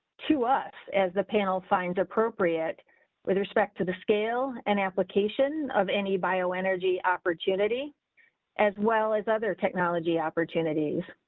to us as the panel finds appropriate with respect to the scale and application of any bio energy opportunity as well as other technology opportunities.